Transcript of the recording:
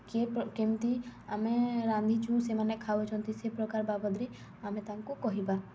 କିଏ କେମିତି ଆମେ ରାନ୍ଧିଛୁ ସେମାନେ ଖାଉଛନ୍ତି ସେ ପ୍ରକାର ବାବଦରେ ଆମେ ତାଙ୍କୁ କହିବା